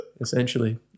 essentially